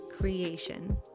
creation